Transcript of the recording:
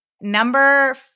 number